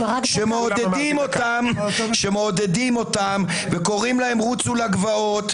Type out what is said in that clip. --- שמעודדים אותם וקוראים להם: רוצו לגבעות,